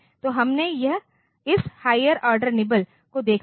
तो हमने इस हायर आर्डर निबल को देखा है